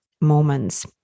moments